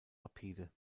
rapide